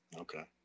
Okay